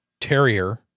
terrier